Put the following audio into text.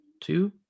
two